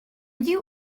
you